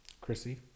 Chrissy